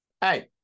Hey